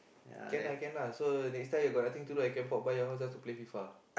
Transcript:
can lah can lah so next time you got nothing to do I can pop by your house just to play fifa